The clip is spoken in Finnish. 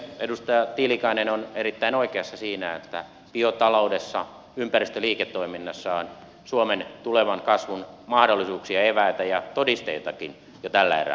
edustaja tiilikainen on erittäin oikeassa siinä että biotaloudessa ympäristöliiketoiminnassa on suomen tulevan kasvun mahdollisuuksia eväitä ja todisteitakin jo tällä erää